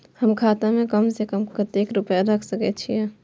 हम खाता में कम से कम कतेक रुपया रख सके छिए?